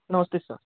नमस्ते सर